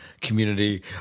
community